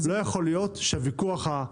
לא יכול להיות שהוויכוח הזה יתקיים.